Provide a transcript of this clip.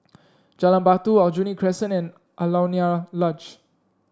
Jalan Batu Aljunied Crescent and Alaunia Lodge